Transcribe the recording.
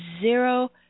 zero